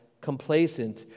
complacent